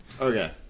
Okay